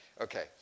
Okay